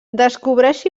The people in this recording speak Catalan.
descobreix